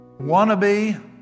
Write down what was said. wannabe